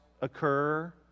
occur